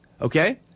Okay